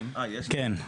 כן.